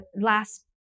last